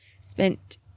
spent